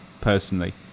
Personally